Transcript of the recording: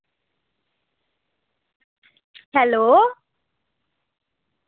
hello